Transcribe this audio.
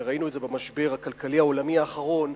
וראינו את זה במשבר הכלכלי העולמי האחרון,